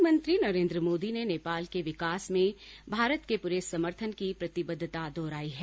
प्रधानमंत्री नरेन्द्र मोदी ने नेपाल के विकास में भारत के पूरे समर्थन की प्रतिबद्वता दोहराई है